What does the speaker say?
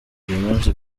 munsi